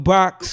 Box